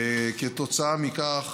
כתוצאה מכך